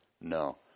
No